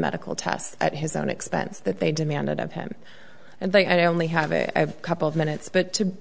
medical tests at his own expense that they demanded of him and i only have a couple of minutes but to